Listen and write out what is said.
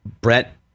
Brett